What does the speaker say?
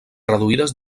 reduïdes